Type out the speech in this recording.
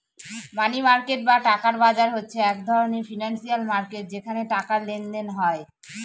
মানি market বা টাকার বাজার হচ্ছে এক ধরনের ফিনান্সিয়াল মার্কেট যেখানে টাকার লেনদেন হয়